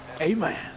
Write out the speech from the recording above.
Amen